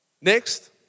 Next